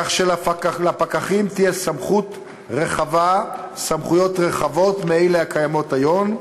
כך שלפקחים יהיו סמכויות רחבות מאלה הקיימות היום,